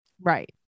Right